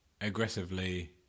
aggressively